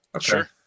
Sure